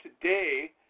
today